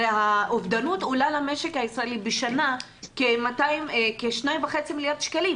הרי האובדנות עולה למשק הישראלי בשנה כ-2.5 מיליארד שקלים.